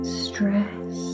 stress